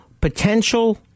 Potential